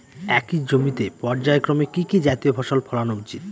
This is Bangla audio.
একই জমিতে পর্যায়ক্রমে কি কি জাতীয় ফসল ফলানো উচিৎ?